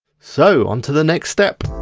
so on to the next step.